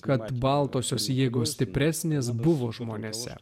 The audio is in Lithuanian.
kad baltosios jėgos stipresnės buvo žmonėse